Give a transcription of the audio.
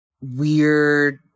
weird